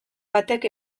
batek